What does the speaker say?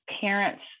parents